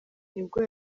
nibwo